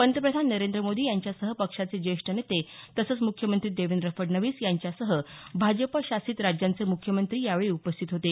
पंतप्रधान नरेंद्र मोदी यांच्यासह पक्षाचे ज्येष्ठ नेते तसंच मुख्यमंत्री देवेंद्र फडणवीस यांच्यासह भाजपशासीत राज्यांचे मुख्यमंत्री यावेळी उपस्थित होते